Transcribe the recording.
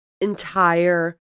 entire